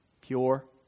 pure